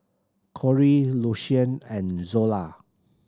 Corie Lucian and Zola